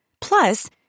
Plus